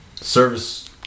service